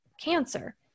cancer